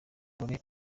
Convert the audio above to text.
gore